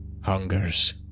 hungers